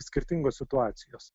skirtingos situacijos